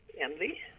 envy